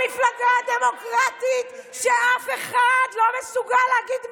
המפלגה הדמוקרטית שאף אחד לא מסוגל להגיד מילה,